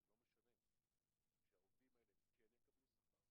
זה לא משנה, שהעובדים האלה כן יקבלו שכר,